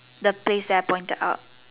the place that I pointed out